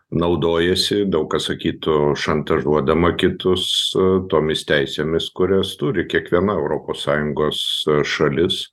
naudojasi daug kas sakytų šantažuodama kitus tomis teisėmis kurias turi kiekviena europos sąjungos šalis